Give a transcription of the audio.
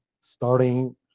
starting